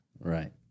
Right